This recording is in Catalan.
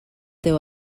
teu